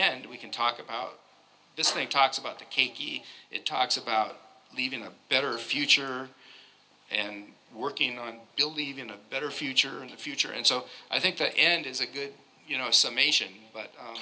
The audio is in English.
end we can talk about this thing talks about the keiki it talks about leaving a better future and working on believe in a better future in the future and so i think the end is a good you know some asian but